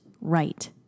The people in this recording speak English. right